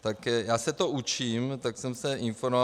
Tak já se to učím, tak jsem se informoval.